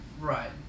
Right